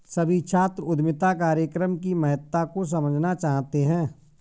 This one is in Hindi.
सभी छात्र उद्यमिता कार्यक्रम की महत्ता को समझना चाहते हैं